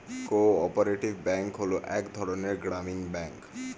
co operative bank হলো এক ধরনের গ্রামীণ ব্যাঙ্ক